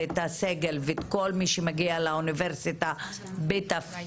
את הסגל ואת כל מי שמגיע לאוניברסיטה בתפקיד